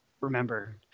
remember